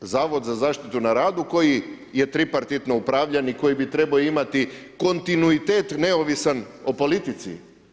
Zavod za zaštitu na radu koji je tripartitno upravljan i koji bi trebao imati kontinuitet neovisan o politici?